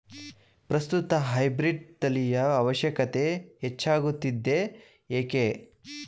ಪ್ರಸ್ತುತ ಹೈಬ್ರೀಡ್ ತಳಿಯ ಅವಶ್ಯಕತೆ ಹೆಚ್ಚಾಗುತ್ತಿದೆ ಏಕೆ?